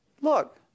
Look